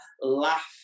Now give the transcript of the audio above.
laugh